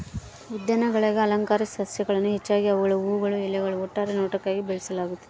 ಉದ್ಯಾನಗುಳಾಗ ಅಲಂಕಾರಿಕ ಸಸ್ಯಗಳನ್ನು ಹೆಚ್ಚಾಗಿ ಅವುಗಳ ಹೂವುಗಳು ಎಲೆಗಳು ಒಟ್ಟಾರೆ ನೋಟಕ್ಕಾಗಿ ಬೆಳೆಸಲಾಗ್ತದ